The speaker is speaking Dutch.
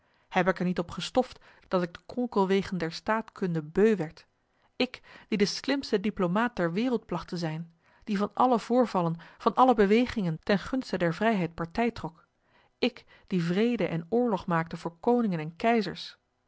heb ik er niet op gestoft dat ik de kronkelwegen der staatkunde beu werd ik die de slimste diplomaat ter wereld plagt te zijn die van alle voorvallen van alle bewegingen ten gunste der vrijheid partij trok ik die vrede en oorlog maakte voor koningen en keizers